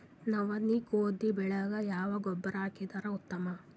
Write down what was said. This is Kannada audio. ನವನಿ, ಗೋಧಿ ಬೆಳಿಗ ಯಾವ ಗೊಬ್ಬರ ಹಾಕಿದರ ಉತ್ತಮ?